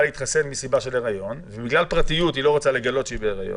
להתחסן בגלל היריון ובגלל פרטיות היא לא רוצה לגלות שהיא בהיריון,